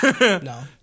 No